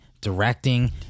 directing